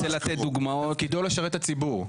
תפקידו לשרת את הציבור.